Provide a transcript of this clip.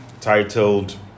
titled